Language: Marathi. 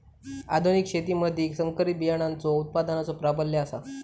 आधुनिक शेतीमधि संकरित बियाणांचो उत्पादनाचो प्राबल्य आसा